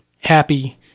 happy